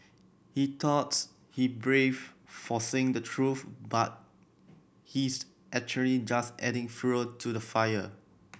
he thoughts he brave for saying the truth but he's actually just adding fuel to the fire